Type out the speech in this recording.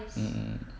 mm mm